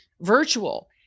virtual